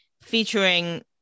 featuring